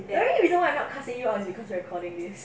eh you know what company is recording this